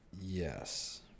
Yes